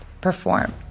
perform